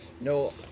no